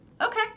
Okay